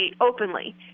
openly